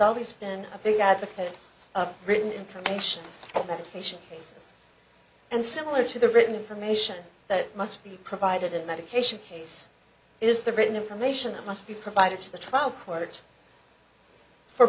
always been a big advocate of written information about a patient case and similar to the written information that must be provided in medication case it is the written information that must be provided to the trial court for